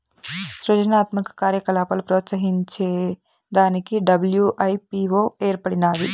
సృజనాత్మక కార్యకలాపాలు ప్రోత్సహించే దానికి డబ్ల్యూ.ఐ.పీ.వో ఏర్పడినాది